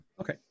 Okay